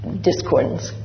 discordance